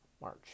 March